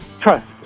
trust